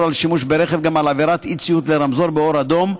שימוש ברכב גם על עבירת אי-ציות לרמזור באדום,